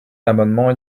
l’amendement